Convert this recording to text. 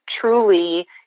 truly